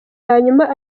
hanyuma